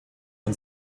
und